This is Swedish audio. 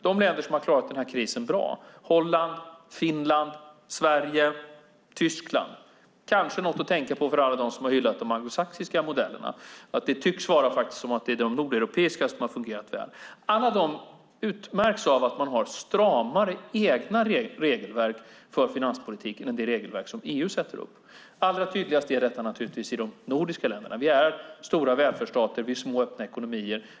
De länder som har klarat krisen bra är Holland, Finland, Sverige och Tyskland. Det kanske kan vara något att tänka på för alla dem som har hyllat de anglosaxiska modellerna att det tycks vara de nordeuropeiska som har fungerat väl. Alla de utmärks av att man har stramare egna regelverk för finanspolitiken än de regelverk som EU sätter upp. Allra tydligast är det i de nordiska länderna. Vi är stora välfärdsstater och vi är små öppna ekonomier.